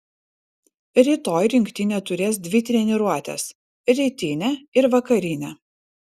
rytoj rinktinė turės dvi treniruotes rytinę ir vakarinę